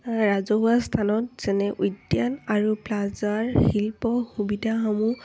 ৰাজহুৱা স্থানত যেনে উদ্যান আৰু প্লাজাৰ শিল্প সুবিধাসমূহ